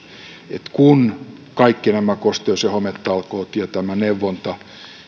että kun kaikki nämä kosteus ja hometalkoot ja tämä neuvonta